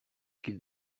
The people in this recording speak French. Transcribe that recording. qu’ils